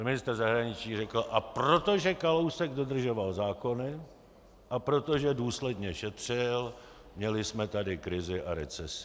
Pan ministr zahraničí řekl: A protože Kalousek dodržoval zákony a protože důsledně šetřil, měli jsme tady krizi a recesi.